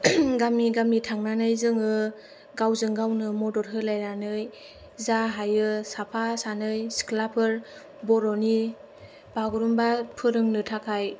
गामि गामि थांनानै जोङो गावजों गावनो मदद होलायनानै जा हायो साफा सानै सिख्लाफोर बर'नि बागुरुम्बा फोरोंनो थाखाय